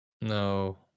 No